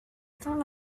found